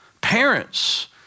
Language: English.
Parents